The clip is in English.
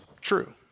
true